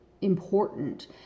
important